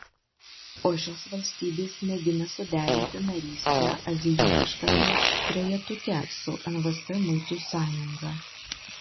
o šios valstybės mėgina suderinti narystę azijietiškame trejetuke su nvs muitų sąjunga